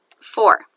four